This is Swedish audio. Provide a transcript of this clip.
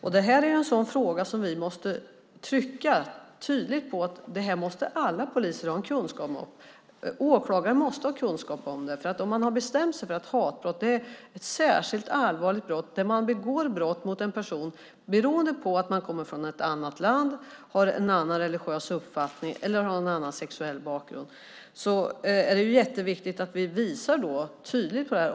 Det här är en sådan fråga där vi tydligt måste trycka på att alla poliser och åklagare måste ha en kunskap. Har man bestämt sig för att hatbrott är ett särskilt allvarligt brott, att brott begås mot en person beroende på att personen kommer från ett annat land, har en annan religiös tro eller en annan sexuell läggning, är det jätteviktigt att visa det tydligt.